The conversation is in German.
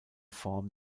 form